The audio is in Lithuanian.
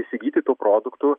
įsigyti tų produktų